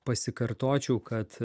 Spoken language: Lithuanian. pasikartočiau kad